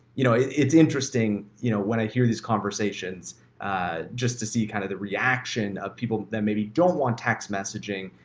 you know, it's interesting, you know, when i hear these conversations just to see kind of the reaction of people that maybe don't want text messaging,